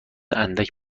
اندک